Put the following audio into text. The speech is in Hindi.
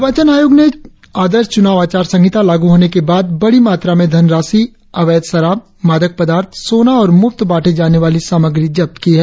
निर्वाचन अयोग ने आदर्श चुनाव आचार संहिता लागू होने के बाद बड़ी मात्रा में धनराशि अवैध शराब मादक पदार्थ सोना और मुफ्त बांटी जाने वाली सामग्री जब्त की है